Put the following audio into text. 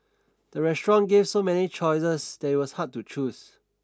the restaurant gave so many choices that it was hard to choose